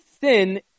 sin